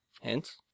hence